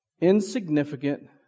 insignificant